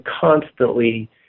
constantly